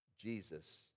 Jesus